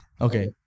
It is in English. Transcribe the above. Okay